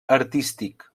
artístic